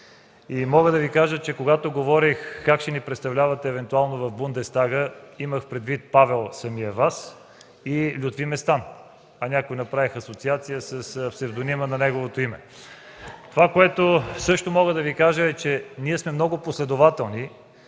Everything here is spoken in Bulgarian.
Мога да Ви кажа, че когато говорих как ще ни представлявате евентуално в Бундестага, имах предвид Павел – самия Вас, и Лютви Местан, а някои направиха асоциация с псевдонима на неговото име. Това, което също мога да Ви кажа, е, че ние сме много последователни